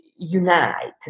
unite